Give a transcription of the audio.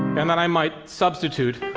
and then i might substitute